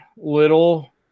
little